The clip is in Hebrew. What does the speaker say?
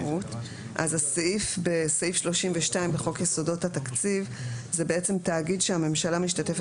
בסעיף 32 בחוק יסודות התקציב זה בעצם תאגיד שהממשלה משתתפת